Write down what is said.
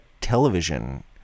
television